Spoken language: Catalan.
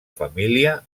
família